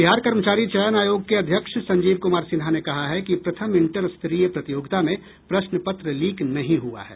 बिहार कर्मचारी चयन आयोग के अध्यक्ष संजीव कुमार सिन्हा ने कहा है कि प्रथम इन्टर स्तरीय प्रतियोगिता परीक्षा में प्रश्न पत्र लीक नहीं हुआ है